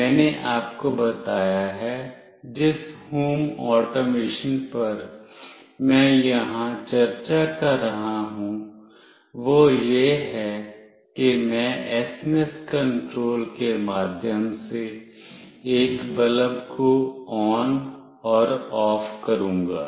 मैंने आपको बताया है जिस होम ऑटोमेशन पर मैं यहां चर्चा कर रहा हूं वह यह है कि मैं एसएमएस कंट्रोल के माध्यम से एक बल्ब को on और off करूंगा